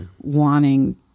wanting